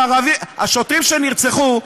השוטרים שנרצחו,